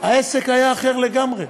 העסק היה אחר לגמרי,